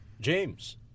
James